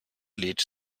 lädt